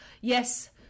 yes